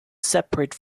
separate